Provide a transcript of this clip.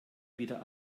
wieder